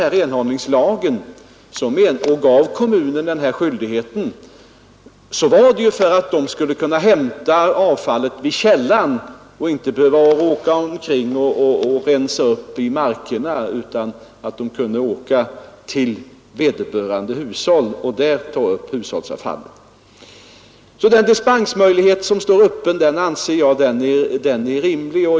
Renhållningslagen stiftades för att man skulle kunna hämta avfallet vid källan, dvs. hushållen, och slippa ha det liggande omkring i markerna. Den dispensmöjlighet som står öppen anser jag rimlig.